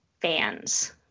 fans